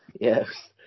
Yes